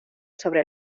sobre